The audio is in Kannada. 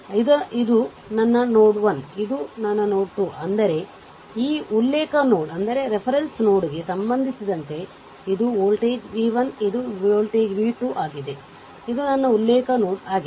ಆದ್ದರಿಂದ ಇದು ನನ್ನ ನೋಡ್ 1 ಇದು ನನ್ನ ನೋಡ್ 2 ಅಂದರೆ ಈ ಉಲ್ಲೇಖ ನೋಡ್ಗೆ ಸಂಬಂಧಿಸಿದಂತೆ ಇದು ವೋಲ್ಟೇಜ್ v 1 ಇದು ವೋಲ್ಟೇಜ್ v 2 ಆಗಿದೆ ಇದು ನನ್ನ ಉಲ್ಲೇಖ ನೋಡ್ ಆಗಿದೆ